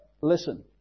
listen